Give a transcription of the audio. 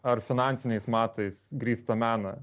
ar finansiniais matais grįstą meną